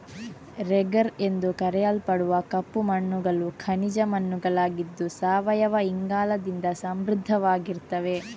ರೆಗರ್ ಎಂದು ಕರೆಯಲ್ಪಡುವ ಕಪ್ಪು ಮಣ್ಣುಗಳು ಖನಿಜ ಮಣ್ಣುಗಳಾಗಿದ್ದು ಸಾವಯವ ಇಂಗಾಲದಿಂದ ಸಮೃದ್ಧವಾಗಿರ್ತವೆ